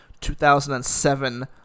2007